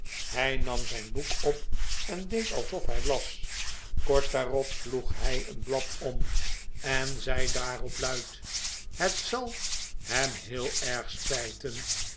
hij nam zijn boek op en deed alsof hij las kort daarop sloeg hij een blad om en zei daarop luid het zal hem heel erg spijten